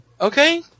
okay